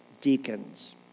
deacons